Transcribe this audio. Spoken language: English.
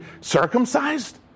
circumcised